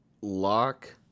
Lock